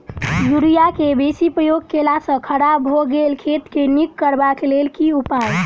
Urea केँ बेसी प्रयोग केला सऽ खराब भऽ गेल खेत केँ नीक करबाक लेल की उपाय?